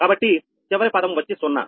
కాబట్టి చివరి పదం వచ్చి 0